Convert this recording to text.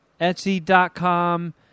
Etsy.com